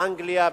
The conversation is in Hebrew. באנגליה,